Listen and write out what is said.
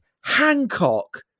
Hancock